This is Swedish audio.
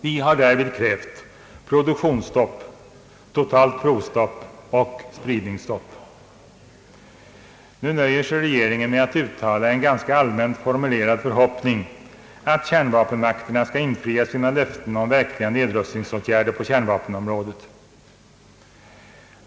Vi har därvid krävt produktionsstopp, totalt provstopp och spridningsstopp. Nu nöjer sig regeringen med att uttala en ganska allmänt formulerad förhoppning att kärnvapenmakterna skall infria sina löften om verkliga nedrustningsåtgärder på kärnvapenområdet.